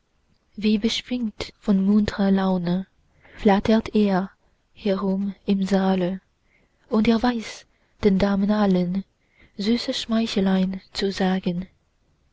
wie beschwingt von muntrer laune flattert er herum im saale und er weiß den damen allen süße schmeichelein zu sagen